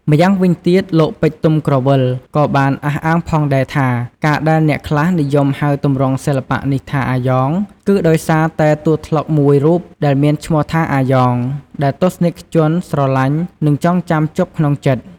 ម្យ៉ាងវិញទៀត លោក ពេជ្រ ទុំក្រវ៉ិល ក៏បានអះអាងផងដែរថា ការដែលអ្នកខ្លះនិយមហៅទម្រង់សិល្បៈនេះថា “អាយ៉ង” គឺដោយសារតែតួត្លុកមួយរូបដែលមានឈ្មោះថា “អាយ៉ង” ដែលទស្សនិកជនស្រឡាញ់ និងចងចាំជាប់ក្នុងចិត្ត ។